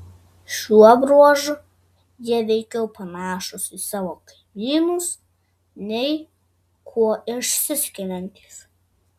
šiuo bruožu jie veikiau panašūs į savo kaimynus nei kuo išsiskiriantys